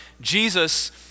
Jesus